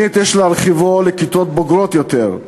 שנית, יש להרחיבו לכיתות בוגרות יותר.